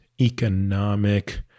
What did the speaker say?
economic